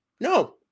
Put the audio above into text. no